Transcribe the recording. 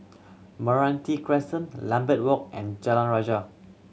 Meranti Crescent Lambeth Walk and Jalan Rajah